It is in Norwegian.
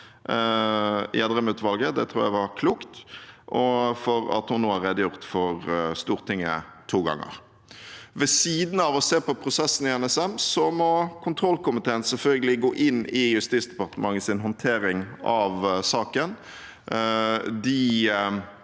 Gjedrem-utvalget, det tror jeg var klokt, og for at hun nå har redegjort for Stortinget to ganger. Ved siden av å se på prosessen i NSM må kontrollkomiteen selvfølgelig gå inn i Justisdepartementets håndtering av saken,